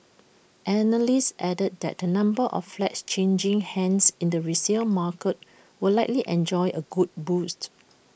analysts added that the number of flats changing hands in the resale market will likely enjoy A good boost